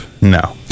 No